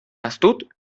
astut